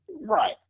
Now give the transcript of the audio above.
Right